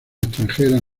extranjeras